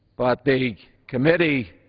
but the committee,